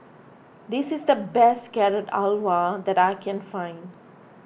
this is the best Carrot Halwa that I can find